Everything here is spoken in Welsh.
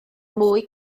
mwy